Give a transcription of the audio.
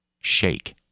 Shake